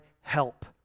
help